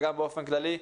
וגם באופן כללי,